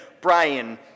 Brian